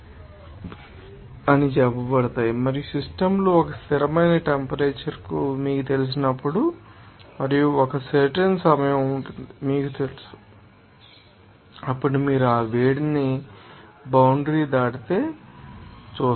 మరియు అటువంటి సిస్టమ్ లు కొన్నిసార్లు ఈడెటిక్ అని చెప్పబడతాయి మరియు సిస్టమ్ లు ఒక స్థిరమైన టెంపరేచర్ తో మీకు తెలిసినప్పుడు మరియు ఒక సర్టెన్ సమయం ఉంటుందని మీకు తెలుసు మరియు ఒక ప్రత్యేక కోఆర్డినేట్లు మీకు తెలుసు అప్పుడు మీరు ఆ వేడిని చూస్తారు బౌండ్రి దాటితే జరగదు